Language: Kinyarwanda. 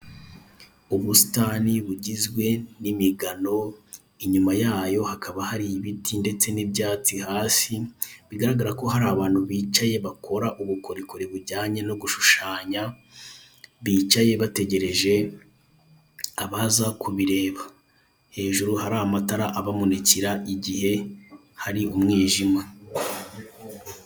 Ubusitani bugizwe n'imigano inyuma yayo hakaba hari ibiti ndetse n'inbyatsi hasi, bigaragara ko hari abantu bicaye bakora ubukorikori bujyanye no gushushanya, bicaye bategereje abaza kubireba hejuru hari amatara abamurikira igihe hari umwijima